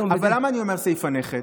אבל למה אני אומר סעיף הנכד?